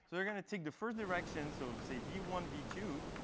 so they're going to take the first directions of, say, v one, v two.